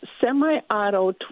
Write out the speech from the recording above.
semi-auto